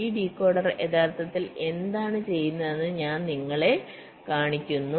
ഈ ഡീകോഡർ യഥാർത്ഥത്തിൽ എന്താണ് ചെയ്യുന്നതെന്ന് ഞാൻ നിങ്ങളെ കാണിക്കുന്നു